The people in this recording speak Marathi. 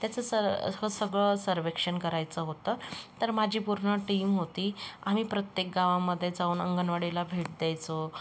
त्याचं स असं सगळं सर्वेक्षण करायचं होतं तर माझी पूर्ण टीम होती आम्ही प्रत्येक गावामध्ये जाऊन अंगणवाडीला भेट द्यायचो